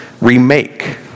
remake